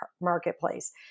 marketplace